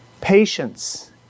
Patience